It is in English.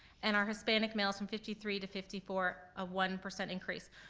and our hispanic males from fifty three to fifty four, a one percent increase.